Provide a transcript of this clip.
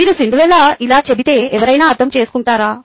మీరు సిండ్రెల్లాకు ఇలా చెబితే ఎవరైనా అర్థం చేసుకుంటారా